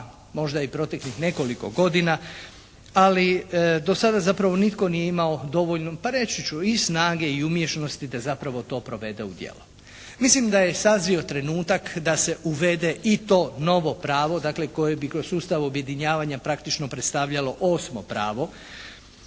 možda i proteklih nekoliko godina. Ali do sada zapravo nitko nije imao dovoljno pa reći ću i snage i umješnosti da zapravo to provede u djelo. Mislim da je sazrio trenutak da se uvede i to novo pravo, dakle koje bi kroz sustav objedinjava praktično predstavljamo 8. pravo.